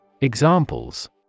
Examples